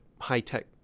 high-tech